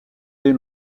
des